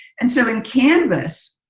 and so, in canvas,